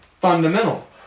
fundamental